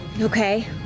Okay